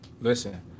Listen